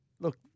look